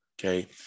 okay